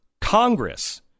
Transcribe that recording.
Congress